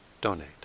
donate